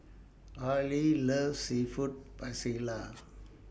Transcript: Areli loves Seafood